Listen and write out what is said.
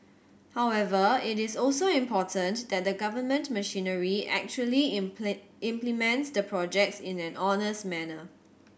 however it is also important that the government machinery actually implements the projects in an honest manner